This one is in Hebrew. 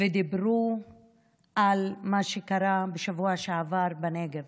ודיברו על מה שקרה בשבוע שעבר בנגב.